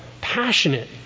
passionate